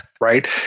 right